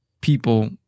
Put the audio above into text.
people